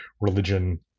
religion